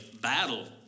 battle